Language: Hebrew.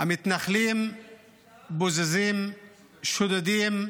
המתנחלים בוזזים, שודדים,